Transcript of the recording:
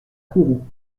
kourou